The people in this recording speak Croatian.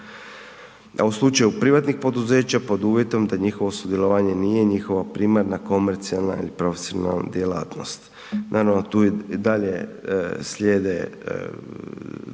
A u slučaju privatnih poduzeća pod uvjetom da njihovo sudjelovanje nije njihova primarna komercijalna ili profesionalna djelatnost“ Naravno tu i dalje slijede